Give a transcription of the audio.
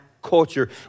Culture